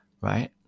right